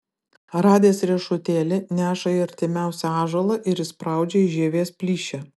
radęs riešutėlį neša į artimiausią ąžuolą ir įspraudžia į žievės plyšį